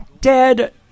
Dead